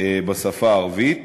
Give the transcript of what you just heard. בשפה הערבית.